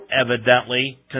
evidently